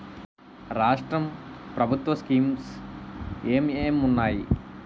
రాష్ట్రం ప్రభుత్వ స్కీమ్స్ ఎం ఎం ఉన్నాయి?